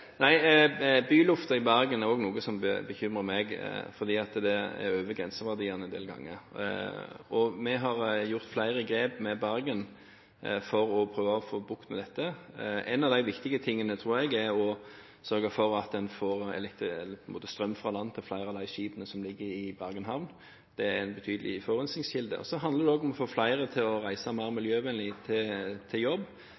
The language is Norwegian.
i Bergen er også noe som bekymrer meg, fordi den er over grenseverdiene en del ganger. Vi har gjort flere grep i Bergen for å prøve å få bukt med dette. Et av de viktige tiltakene tror jeg er å sørge for at en får strøm fra land til flere av de skipene som ligger i Bergen havn. Det er en betydelig forurensningskilde. Så handler det også om å få flere til å reise mer miljøvennlig til jobb,